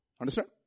understand